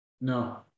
No